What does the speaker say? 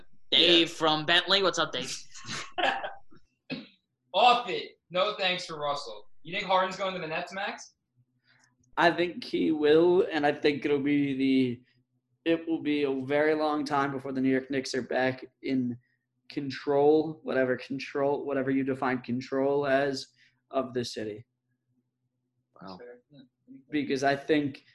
Dave Yeah. from Bentley, what's up, Dave? Off it. No thanks for Russell. You think Harden's going to the Nets, Max? I think he will, and I think it'll be the- it will be a very long time before the New York Knicks are back in control, whatever control- whatever you define control as, of the city. Wow. Fair. Hmm, okay. Because I think